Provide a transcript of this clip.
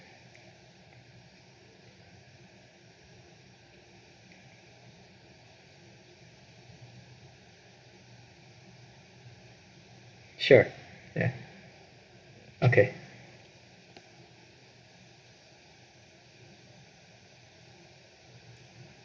sure ya okay